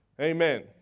Amen